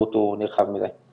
הפירוט הוא נרחב מדי.